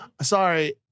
Sorry